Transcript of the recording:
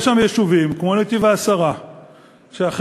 גם שרפת